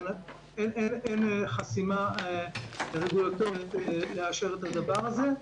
ואין חסימה רגולטורית לאשר את הדבר הזה.